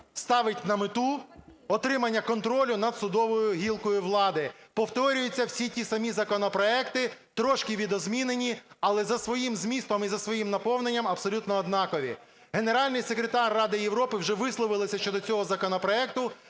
ставить на мету отримання контролю над судовою гілкою влади. Повторюються всі ті самі законопроекти, трошки відозмінені, але за своїм змістом і за своїм наповненням абсолютно однакові. Генеральний секретар Ради Європи вже висловилася щодо цього законопроекту,